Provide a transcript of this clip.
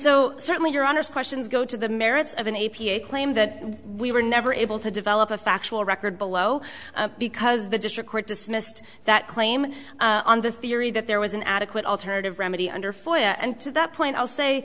so certainly your honest questions go to the merits of an e p a claim that we were never able to develop a factual record below because the district court dismissed that claim on the theory that there was an adequate alternative remedy under foil and to that point i'll